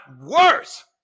worse